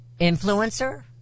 influencer